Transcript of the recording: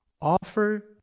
Offer